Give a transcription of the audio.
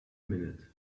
minute